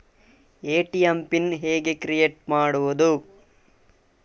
ATM PIN ಹೇಗೆ create ಮಾಡುವುದು?